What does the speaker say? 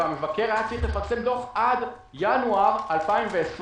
והמבקר היה צריך לפרסם דוח עד ינואר 2020,